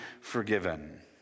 forgiven